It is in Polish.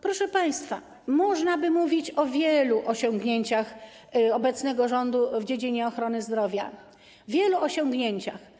Proszę państwa, można by mówić o wielu osiągnięciach obecnego rządu w dziedzinie zdrowia, o wielu osiągnięciach.